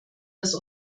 das